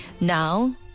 Now